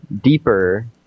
deeper